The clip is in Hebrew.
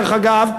דרך אגב,